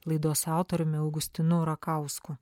laidos autoriumi augustinu rakausku